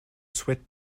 souhaite